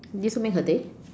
this will make her day